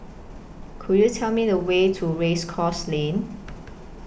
Could YOU Tell Me The Way to Race Course Lane